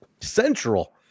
Central